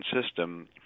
system